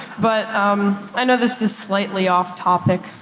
but i know this is slightly off topic,